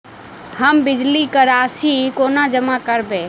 हम बिजली कऽ राशि कोना जमा करबै?